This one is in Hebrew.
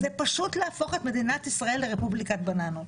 זה פשוט להפוך את מדינת ישראל לרפובליקת בננות,